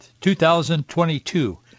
2022